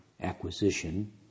acquisition